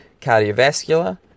cardiovascular